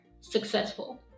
successful